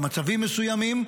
במצבים מסוימים,